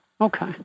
Okay